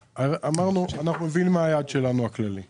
אמרנו שאנחנו מבינים מה היעד הכללי שלנו.